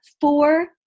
four